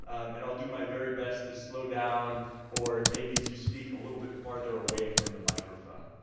and i'll do my very best to slow down or maybe to speak a little bit farther away from the microphone.